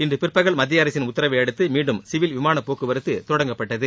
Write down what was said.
இன்று பிற்பகல் மத்தியஅரசின் உத்தரவையடுத்து மீண்டும் சிவில் விமானப்போக்குவரத்து தொடங்கப்பட்டது